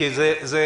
קודם כול,